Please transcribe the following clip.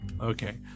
okay